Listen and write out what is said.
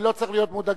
לא צריך להיות מודאגים,